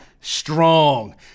strong